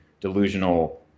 delusional